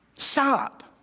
Stop